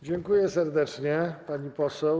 Dziękuję serdecznie, pani poseł.